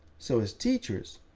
so, as teachers,